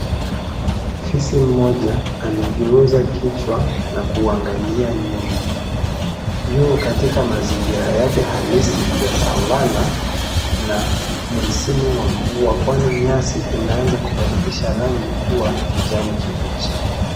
Fisi mmoja amegeuza kichwa na kuangalia nyuma. Yuko katika mazingira yake halisi ya Savanna, na ni msimu wa mvua, kwani nyasi imeanza kubadilisha rangi kua kijani kibichi.